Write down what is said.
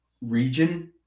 region